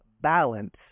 balance